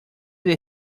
del